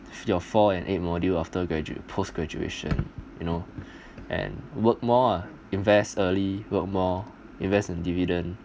if you fall and eight module after graduate post graduation you know and work more ah invest early work more invest in dividend